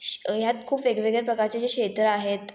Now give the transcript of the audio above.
श् ह्यात खूप वेगवेगळ्या प्रकारचे जे क्षेत्र आहेत